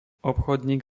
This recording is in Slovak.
obchodník